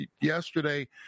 yesterday